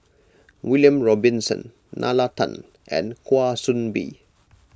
William Robinson Nalla Tan and Kwa Soon Bee